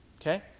Okay